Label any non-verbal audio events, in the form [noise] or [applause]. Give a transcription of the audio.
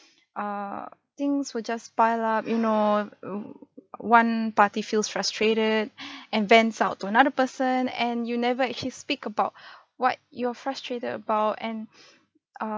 err things will just pile up you know err one party feels frustrated [breath] and vents out to another person and you never actually speak about [breath] what you're frustrated about and [breath] err